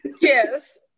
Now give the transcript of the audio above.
Yes